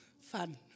fun